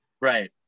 Right